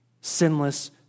sinless